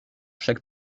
chaque